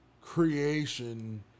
creation